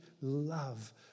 love